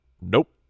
nope